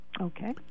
Okay